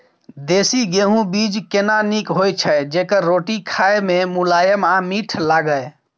देसी गेहूँ बीज केना नीक होय छै जेकर रोटी खाय मे मुलायम आ मीठ लागय?